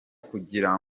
kugira